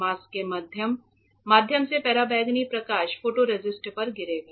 mask के माध्यम से पराबैंगनी प्रकाश फोटोरेसिस्ट पर गिरेगा